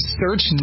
search